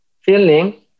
feeling